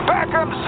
Beckham